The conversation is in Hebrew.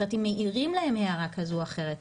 אם מעירים להן כזו או אחרת,